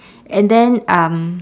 and then um